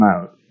out